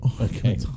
Okay